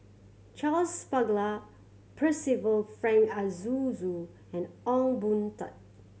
Charles Paglar Percival Frank Aroozoo and Ong Boon Tat